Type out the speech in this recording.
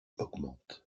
augmente